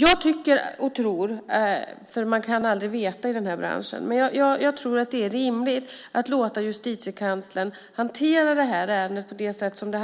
Jag tror, eftersom man aldrig kan veta i den här branschen, att det är rimligt att låta Justitiekanslern hantera ärendet på det sätt som det nu